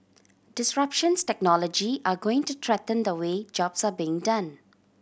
disruptions technology are going to threaten the way jobs are being done